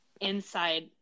inside